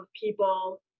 people